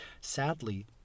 sadly